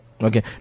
Okay